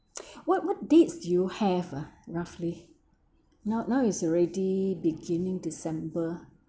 what what dates do you have ah roughly now now is already beginning december